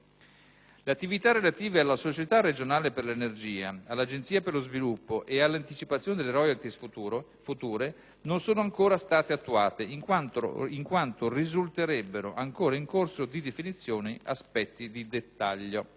Le attività relative alla Società regionale per l'energia, all'Agenzia per lo sviluppo e all'anticipazione delle *royalties* future non sono ancora state attuate, in quanto risulterebbero ancora in corso di definizione aspetti di dettaglio.